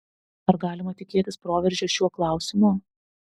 ar galima tikėtis proveržio šiuo klausimu